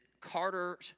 Carter